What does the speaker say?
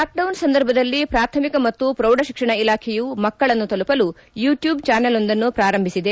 lockdown ಸಂದರ್ಭದಲ್ಲಿ ಪ್ರಾಥಮಿಕ ಮತ್ತು ಪ್ರೌಢಶಿಕ್ಷಣ ಇಲಾಖೆಯು ಮಕ್ಕಳನ್ನು ತಲುಪಲು ಯುಟ್ಕೂಬ್ ಚಾನೆಲ್ವೊಂದನ್ನು ಪೂರಂಭಿಸಿದೆ